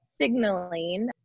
signaling